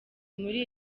muri